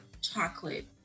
chocolate